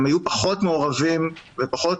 הם היו פחות מעורבים ופחות